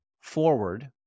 forward